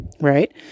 Right